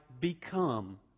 become